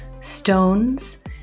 Stones